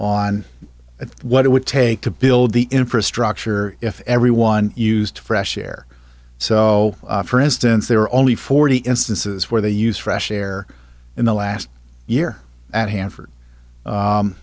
on what it would take to build the infrastructure if everyone used fresh air so for instance there are only forty instances where they use fresh air in the last year at hanford